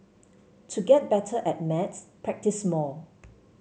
to get better at maths practise more